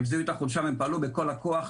הם זיהו את החולשה ופעלו בכל הכוח,